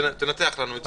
תנתח לנו.